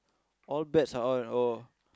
all bets are on oh